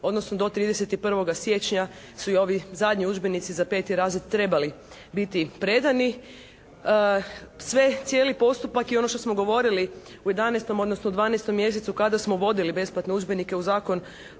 odnosno do 31. siječnja su i ovi zadnji udžbenici za 5. razred trebali biti predani. Sve, cijeli postupak i ono što smo govorili u 11. odnosno 12. mjesecu kada smo uvodili besplatne udžbeniku u Zakon